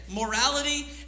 Morality